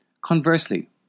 Conversely